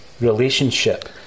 relationship